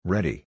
Ready